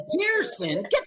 Pearson